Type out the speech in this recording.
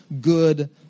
good